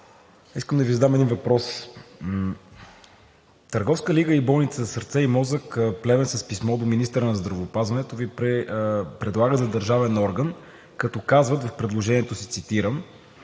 искам да Ви задам един въпрос. Търговска лига и Болница „Сърце и мозък“ – Плевен, с писмо до министъра на здравеопазването Ви предлага за държавен орган, като казват в предложението си – цитирам: